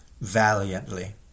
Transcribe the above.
valiantly